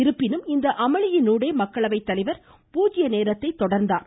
இருப்பினும் இந்த அமளியினூடே மக்களவைத்தலைவர் பூஜ்ய நேரத்தை தொடர்ந்தார்